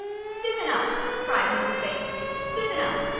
stiffen up! cried mrs. bates. stiffen up!